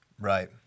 Right